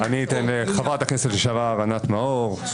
חברת הכנסת לשעבר ענת מאור.